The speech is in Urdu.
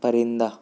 پرندہ